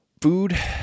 Food